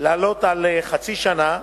לעלות על חצי שנה,